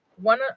one